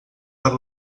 per